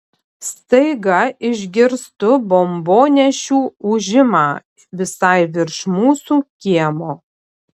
staiga išgirstu bombonešių ūžimą visai virš mūsų kiemo